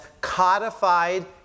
codified